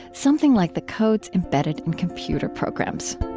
something like the codes embedded in computer programs